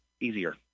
easier